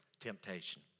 temptation